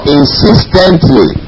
insistently